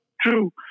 true